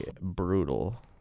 brutal